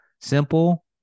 Simple